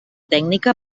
tècnica